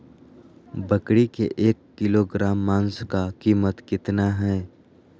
बकरी के एक किलोग्राम मांस का कीमत कितना है?